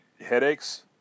headaches